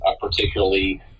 particularly